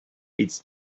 its